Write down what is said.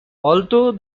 although